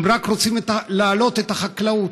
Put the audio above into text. הם רק רוצים להעלות את החקלאות,